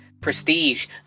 prestige